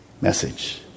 message